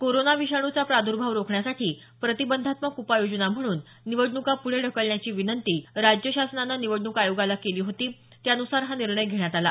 corona विषाणूचा प्रादुर्भाव रोखण्यासाठी प्रतिबंधात्मक उपाययोजना म्हणून निवडणुका पुढे ढकलण्याची विनंती राज्य शासनानं निवडणूक आयोगाला केली होती त्यानुसार हा निर्णय घेण्यात आला